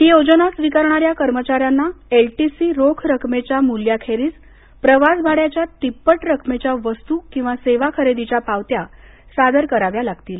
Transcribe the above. ही योजना स्विकारणाऱ्या कर्मचाऱ्यांना एलटीसी रोख रक्कमेच्या मुल्याखेरीज प्रवास भाइयाच्या तिप्पट रक्कमेच्या वस्तू किंवा सेवा खरेदीच्या पावत्या सादर कराव्या लागतील